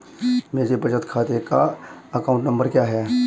मेरे बचत खाते का अकाउंट नंबर क्या है?